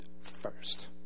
first